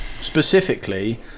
Specifically